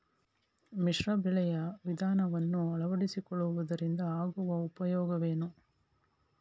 ಮಿಶ್ರ ಬೆಳೆಯ ವಿಧಾನವನ್ನು ಆಳವಡಿಸಿಕೊಳ್ಳುವುದರಿಂದ ಆಗುವ ಉಪಯೋಗವೇನು?